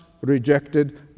rejected